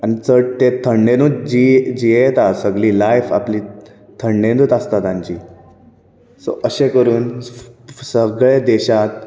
आनी चड ते थंडेनूच जी जियेता सगळी लायफ आपली थंडेनूच आसता तांची सो अशे करून सगळे देशांत